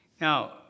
Now